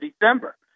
December